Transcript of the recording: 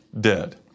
dead